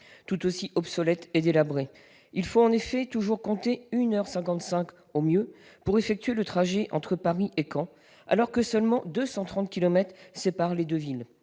ferré, obsolète et délabré. Il faut en effet toujours compter 1 heure 55, au mieux, pour effectuer le trajet entre Paris et Caen, alors que seulement 230 kilomètres séparent les deux villes.